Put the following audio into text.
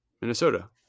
Minnesota